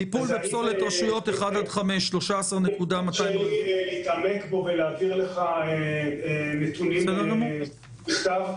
תרשה לי להתעמק בו ולהעביר לך נתונים בכתב?